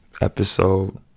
episode